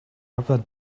other